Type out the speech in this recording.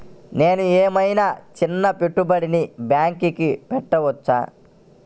నేను ఏమయినా చిన్న పెట్టుబడిని బ్యాంక్లో పెట్టచ్చా?